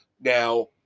Now